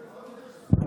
היו לי כמה דברים לומר,